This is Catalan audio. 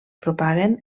propaguen